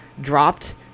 dropped